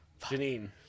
Janine